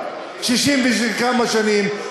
60 וכמה שנים,